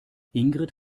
ingrid